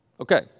Okay